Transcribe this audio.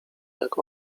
jak